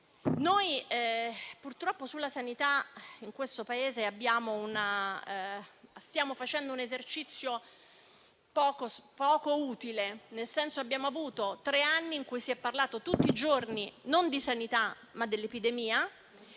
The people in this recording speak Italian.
Purtroppo sulla sanità in questo Paese stiamo facendo un esercizio poco utile, nel senso per tre anni si è parlato tutti i giorni non di sanità, ma di epidemia,